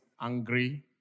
angry